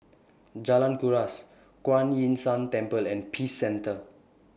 Jalan Kuras Kuan Yin San Temple and Peace Centre